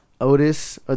Otis